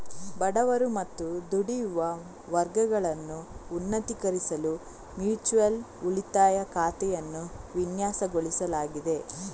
ಬಡವರು ಮತ್ತು ದುಡಿಯುವ ವರ್ಗಗಳನ್ನು ಉನ್ನತೀಕರಿಸಲು ಮ್ಯೂಚುಯಲ್ ಉಳಿತಾಯ ಖಾತೆಯನ್ನು ವಿನ್ಯಾಸಗೊಳಿಸಲಾಗಿದೆ